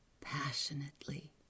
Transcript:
passionately